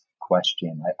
question